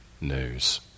news